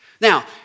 Now